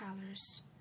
colors